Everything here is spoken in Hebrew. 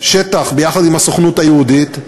השטח ביחד עם הסוכנות היהודית.